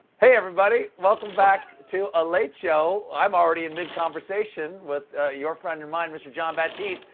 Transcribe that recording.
hey, everybody! welcome back to a late show. i'm already in mid conversation with your friend and mine mr. jon batiste.